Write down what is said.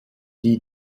die